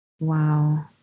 Wow